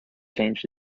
changed